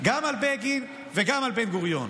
גם על בגין וגם על בן-גוריון.